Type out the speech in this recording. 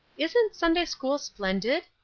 isn't sunday-school splendid?